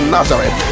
Nazareth